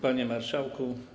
Panie Marszałku!